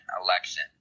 election